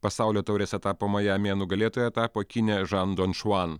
pasaulio taurės etapo majamyje nugalėtoja tapo kinė žan donšuan